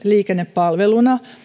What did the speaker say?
liikenne palveluna